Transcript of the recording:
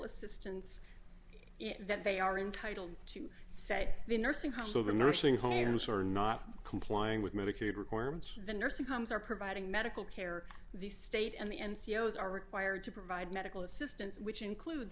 assistance that they are entitled to say the nursing homes over nursing homes sort of not complying with medicaid requirements the nursing homes are providing medical care the state and the n c o as are required to provide medical assistance which includes